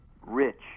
rich